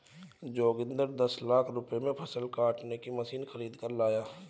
जोगिंदर दस लाख रुपए में फसल काटने की मशीन खरीद कर लाया